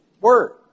word